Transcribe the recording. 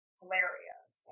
hilarious